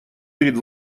перед